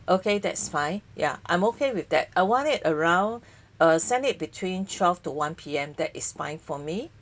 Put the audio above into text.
okay that's fine ya I'm okay with that ah one it around a send between twelve to one P_M that is fine for me